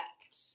effect